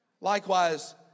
Likewise